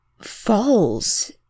Falls